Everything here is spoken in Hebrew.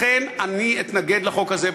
לכן אני אתנגד לחוק הזה,